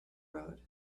road